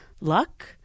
luck